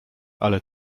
ale